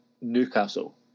Newcastle